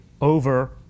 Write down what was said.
over